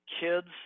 kids